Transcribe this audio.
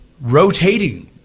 rotating